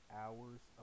hours